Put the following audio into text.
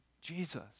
Jesus